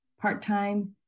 part-time